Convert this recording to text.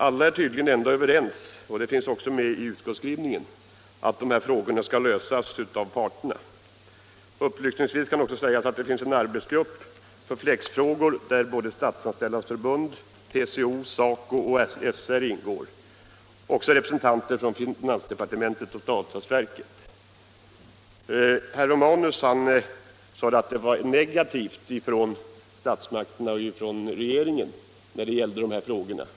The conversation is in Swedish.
Alla är tydligen ändå överens — och det finns också med i utskottets skrivning — att de här frågorna skall lösas av parterna. Upplysningsvis kan också sägas att det finns en arbetsgrupp för flexfrågor där både Statsanställdas förbund, TCO, SACO och SR ingår. Där finns också representanter från finansdepartementet och avtalsverket. Herr Romanus sade att det var en negativ inställning från statsmakterna när det gäller dessa frågor.